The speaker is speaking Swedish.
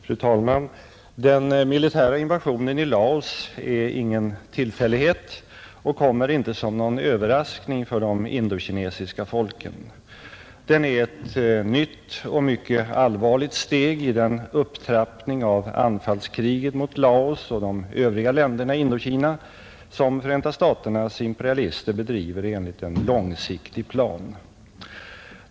Fru talman! Den militära invasionen i Laos är ingen tillfällighet och kommer inte som någon överraskning för de indokinesiska folken. Den är ett nytt och mycket allvarligt steg i den upptrappning av anfallskriget mot Laos och de övriga länderna i Indokina som Förenta staternas imperialister bedriver enligt en långsiktig plan.